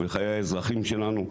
בחיי האזרחים שלנו,